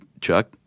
Chuck